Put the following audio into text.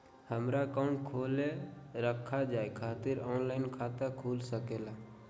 हमारा अकाउंट खोला रखा जाए खातिर ऑनलाइन खाता खुल सके ला?